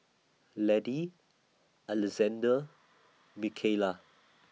Laddie Alexandr Mikaila